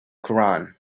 quran